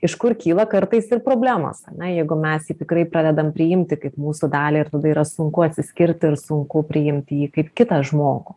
iš kur kyla kartais ir problemos na jeigu mes jį tikrai pradedam priimti kaip mūsų dalį ir tada yra sunku atsiskirti ir sunku priimti jį kaip kitą žmogų